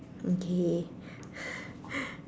okay